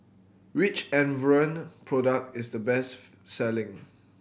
which Enervon product is the best selling